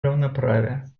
равноправия